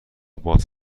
باز